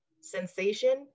sensation